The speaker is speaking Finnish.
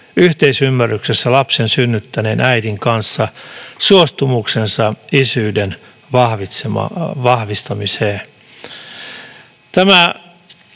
yhteisymmärryksessä lapsen synnyttäneen äidin kanssa suostumuksensa isyyden vahvistamiseen.